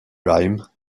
rhyme